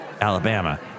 Alabama